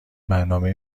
برنامه